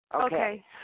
Okay